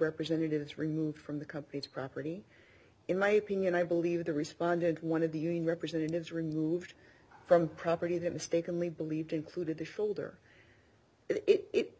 representatives removed from the company's property in my opinion i believe the respondent one of the union representatives removed from property that mistakenly believed included the shoulder it